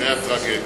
זה הטרגדיה.